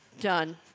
done